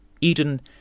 Eden